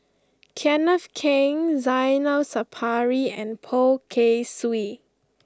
Kenneth Keng Zainal Sapari and Poh Kay Swee